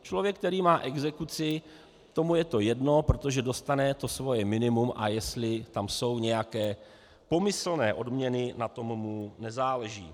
Člověk, který má exekuci, tomu je to jedno, protože dostane svoje minimum, a jestli tam jsou nějaké pomyslné odměny, na tom mu nezáleží.